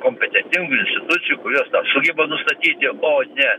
kompetentingų institucijų kurios tą sugeba nustatyti o ne